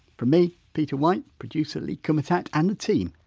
from me, peter white, producer lee kumutat and the team,